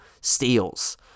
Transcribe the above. steals